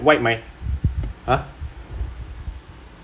I wipe my !huh!